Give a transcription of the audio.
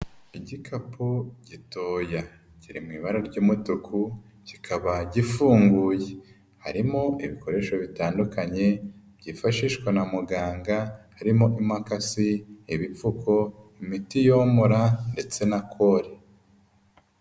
Igikapu gitoya kiri mu ibara ry'umutuku kikaba gifunguye, harimo ibikoresho bitandukanye byifashishwa na muganga harimo imakasi, ibipfuko, imiti yomora ndetse na kore.